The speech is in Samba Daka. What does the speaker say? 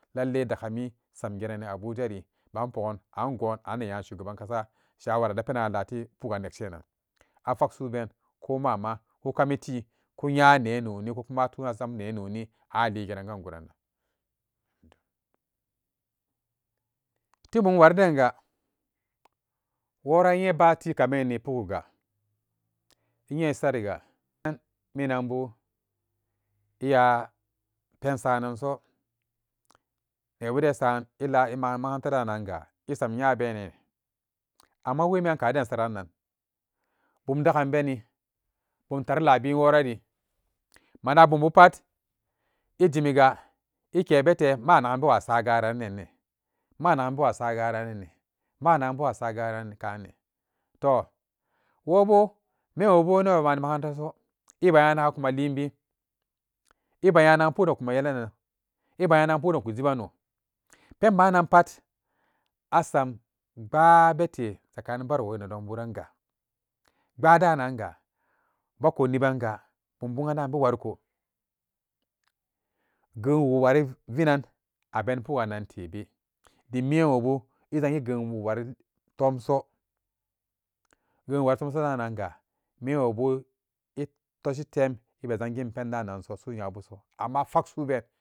Lallai dakka mi sam gerani abuja ri ban pogan angon an shugaban kasa shawara de penan ati pugan nekshinan afak su'u ben ko mama ku kamiti ku nya nenoni ko kuma atunan asam ne noni an aligeran ganguran, ti mum wari denga wora nyen ba tikamen ni pu'iga inye e sariga an minanbu eya pen sananso nebuden esan ela ema emakaranta dananga esamnyabene amma wemiyan kaden in saran bum dagan beni bum tari laabin worari manabumbu pat e jimiga ekebete managan bewa sagarannanne, managan bewa sagaranne, managan bewa sagaran kane toh wobo menwobu inno e mani makaranta so emanyanagan e kuma libinebe nya nagan pukden kuma yelanan ebenyanagan pukden kuma jibano penbanan pat asam pbabete tsakanin barawo e nedonburanga pbadananga beku libango bum buganda be wonko, genwu wari vinan abeni pugannan tebe dim memwobu e jangi genwu wari tomso genwu wari tomso rannanga menwobu e toshi tem ebe jangin pendananso su'u nyabuso amma afak su'uben.